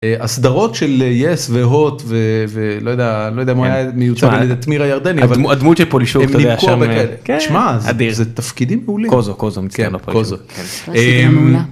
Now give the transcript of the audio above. הסדרות של יס והוט ולא יודע מי יוצא לתמיר הירדני.